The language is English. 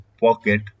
pocket